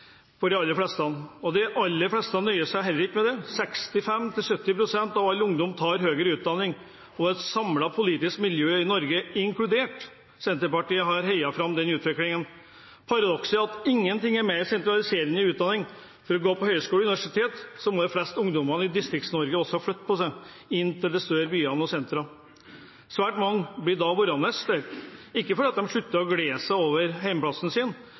for de aller fleste, og de aller fleste nøyer seg heller ikke med det: 65–70 pst. av all ungdom tar høyere utdanning. Et samlet politisk miljø i Norge, inkludert Senterpartiet, har heiet fram denne utviklingen. Paradokset er at ingenting er mer sentraliserende enn utdanning. For å gå på høyskole og universitet må de fleste ungdommer i Distrikts-Norge flytte inn til større byer og sentre. Svært mange blir værende der, ikke fordi de slutter å